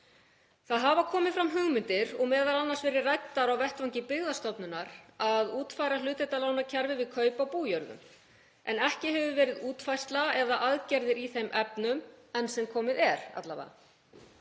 Það hafa komið fram hugmyndir, sem m.a. hafa verið ræddar á vettvangi Byggðastofnunar, að útfæra hlutdeildarlánakerfið við kaup á bújörðum en ekki hefur verið útfærsla eða aðgerðir í þeim efnum enn sem komið er.